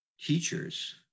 teachers